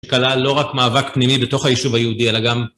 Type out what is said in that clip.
כלל לא רק מאבק פנימי בתוך היישוב היהודי אלא גם